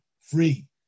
free